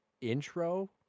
intro